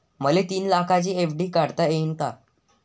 मले तीन लाखाची एफ.डी काढता येईन का?